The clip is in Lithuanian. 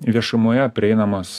viešumoje prieinamos